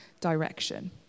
direction